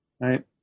Right